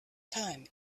time